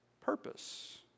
purpose